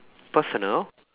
personal